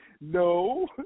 No